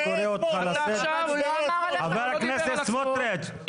ח"כ סמוטריץ',